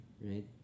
Right